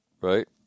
Right